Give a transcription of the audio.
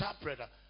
interpreter